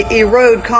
erode